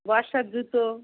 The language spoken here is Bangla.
বর্ষার জুতো